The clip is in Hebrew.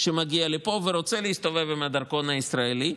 שמגיע לפה ורוצה להסתובב עם הדרכון הישראלי,